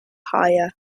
hire